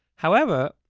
however,